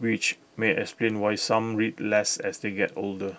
which may explain why some read less as they get older